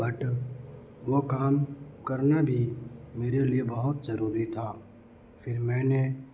but وہ کام کرنا بھی میرے لیے بہت ضروری تھا پھر میں نے